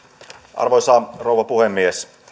arvoisa rouva puhemies